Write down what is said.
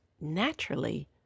naturally